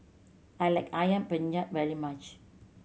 I like Ayam Penyet very much